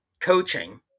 coaching